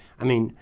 i mean,